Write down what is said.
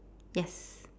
yes